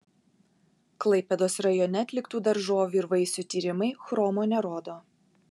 klaipėdos rajone atliktų daržovių ir vaisių tyrimai chromo nerodo